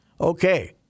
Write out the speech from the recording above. okay